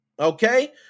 Okay